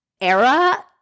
era